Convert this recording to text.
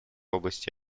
области